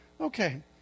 Okay